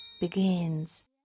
begins